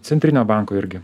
centrinio banko irgi